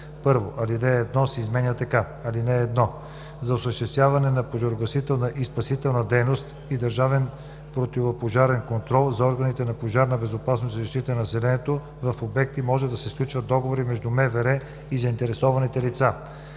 1. Алинея 1 се изменя така: „(1) За осъществяване на пожарогасителна и спасителна дейност и държавен противопожарен контрол от органите за пожарна безопасност и защита на населението в обекти може да се сключват договори между МВР и заинтересованите лица.“